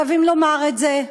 חייבים לומר את זה.